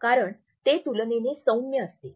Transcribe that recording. कारण ते तुलनेने सौम्य असते